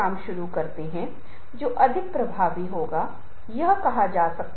जब हम वास्तव में प्रस्तुति दे रहे होते हैं तो प्रस्तुति के लिए एक औपचारिक आयाम होता है